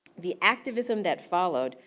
the activism that followed,